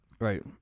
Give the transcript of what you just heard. right